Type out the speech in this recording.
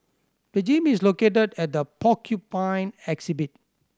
the gym is located at the Porcupine exhibit